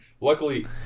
Luckily